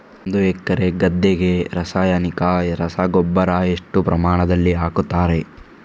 ಒಂದು ಎಕರೆ ಗದ್ದೆಗೆ ರಾಸಾಯನಿಕ ರಸಗೊಬ್ಬರ ಎಷ್ಟು ಪ್ರಮಾಣದಲ್ಲಿ ಹಾಕುತ್ತಾರೆ?